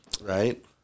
right